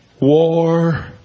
War